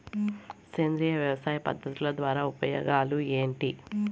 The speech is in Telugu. సేంద్రియ వ్యవసాయ పద్ధతుల ద్వారా ఉపయోగాలు ఏంటి?